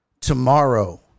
tomorrow